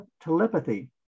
telepathy